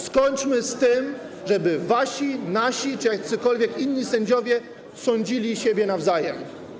Skończmy z tym, żeby wasi, nasi czy jacykolwiek inni sędziowie sądzili siebie nawzajem.